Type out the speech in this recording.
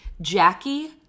Jackie